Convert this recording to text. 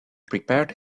prepared